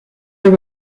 have